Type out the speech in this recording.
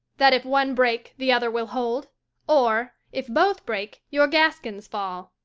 that, if one break, the other will hold or, if both break, your gaskins fall.